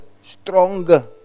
stronger